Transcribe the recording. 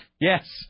Yes